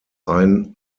ein